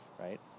right